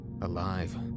Alive